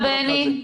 בבקשה.